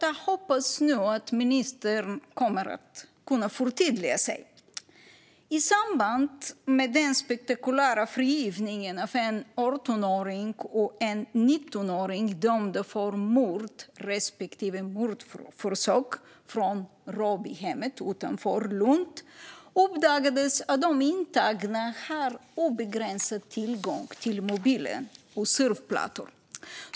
Jag hoppas nu att ministern kommer att kunna förtydliga sig. I samband med den spektakulära fritagningen av en 18-åring och en 19-åring dömda för mord respektive mordförsök från Råbyhemmet utanför Lund uppdagades att de intagna har obegränsad tillgång till mobiler och surfplattor.